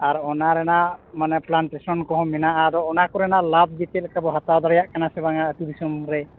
ᱟᱨ ᱚᱱᱟ ᱨᱮᱱᱟᱜ ᱢᱟᱱᱮ ᱯᱞᱟᱱᱴᱮᱥᱚᱱ ᱠᱚᱦᱚᱸ ᱢᱮᱱᱟᱜᱼᱟ ᱟᱨ ᱚᱱᱟ ᱠᱚᱨᱮᱱᱟᱜ ᱞᱟᱵᱷ ᱡᱮ ᱪᱮᱫᱞᱮᱠᱟᱵᱚ ᱦᱟᱛᱟᱣ ᱫᱟᱲᱮᱭᱟᱜ ᱠᱟᱱᱟ ᱥᱮ ᱵᱟᱝᱟ ᱟᱛᱳ ᱫᱤᱥᱚᱢᱨᱮ